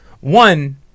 one